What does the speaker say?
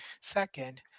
second